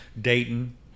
Dayton